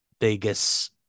Vegas